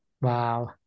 Wow